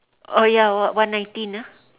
oh ya one one nineteen ah